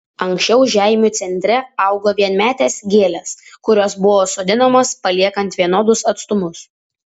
anksčiau žeimių centre augo vienmetės gėlės kurios buvo sodinamos paliekant vienodus atstumus